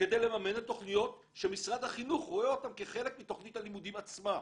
כדי לממן תוכניות שמשרד החינוך רואה אותן כחלק מתוכנית הלימודים עצמה?